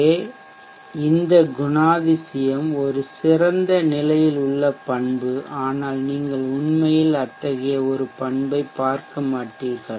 எனவே இந்த குணாதிசயம் ஒரு சிறந்த நிலையில் உள்ள பண்பு ஆனால் நீங்கள் உண்மையில் அத்தகைய ஒரு பண்பை பார்க்க மாட்டீர்கள்